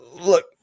look